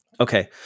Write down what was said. Okay